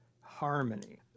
Harmony